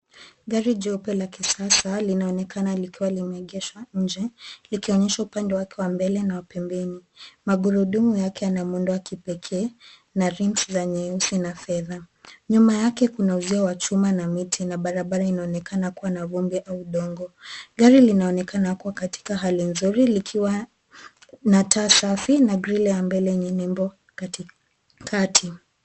Gari jeupe la kisasa linaonekana likiwa limeegeshwa nje, likionyesha upande wake wa mbele na wapembeni, magurudumu yake yana muundo wa kipekee na reams za nyeusi na fedha. Nyuma yake kuna uzio wa chuma na miti na barabara inaonekana kuwa na vumbi au udongo. Gari linaonekana kuwa katika hali nzuri likiwa na taa safi na grill ya mbele yenye nembo katikati.